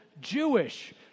Jewish